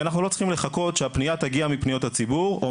כי אנחנו צריכים לחכות שהפנייה תגיע מפניות הציבור או